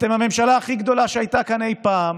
אתם הממשלה הכי גדולה שהייתה כאן אי פעם,